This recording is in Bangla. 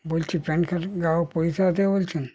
বলছি প্যান কার্ড গ্রাহক পরিষেবা থেকে বলছেন